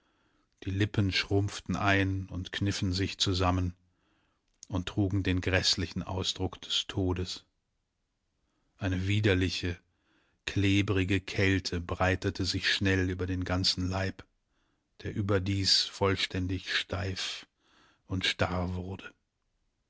die lippen schrumpften ein und kniffen sich zusammen und trugen den gräßlichen ausdruck des todes eine widerliche klebrige kälte breitete sich schnell über den ganzen leib der überdies vollständig steif und starr wurde